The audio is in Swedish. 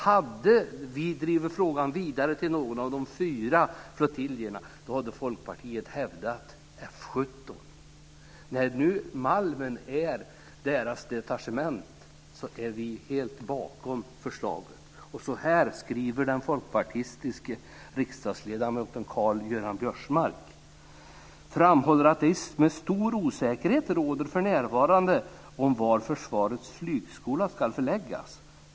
Hade frågan drivits vidare om att förlägga den till någon av de fyra flottiljerna, hade Folkpartiet hävdat F 17. När nu Malmen är F 17:s detachement står vi helt bakom förslaget. Så här skriver den folkpartistiske riksdagsledamoten Karl-Göran Biörsmark: Stor osäkerhet råder för närvarande om var försvarets flygskola ska förläggas.